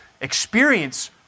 experience